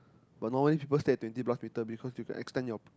but normally people stay at twenty plus meter because you can extend your